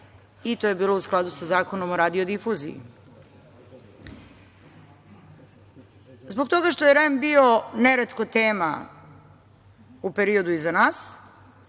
i to je bilo u skladu sa Zakonom o radiodifuziji. Zbog toga što je REM neretko bio tema u periodu iza nas,